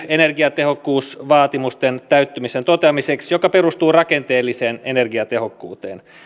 energiatehokkuusvaatimusten täyttymisen toteamiseksi vaihtoehtoinen menettely joka perustuu rakenteelliseen energiatehokkuuteen